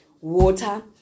water